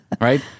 right